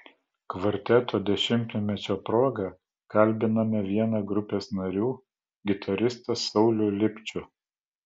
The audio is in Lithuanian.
kvarteto dešimtmečio proga kalbiname vieną grupės narių gitaristą saulių lipčių